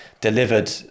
delivered